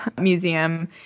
museum